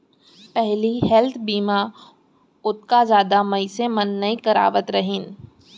पहिली हेल्थ बीमा ओतका जादा मनसे मन नइ करवात रहिन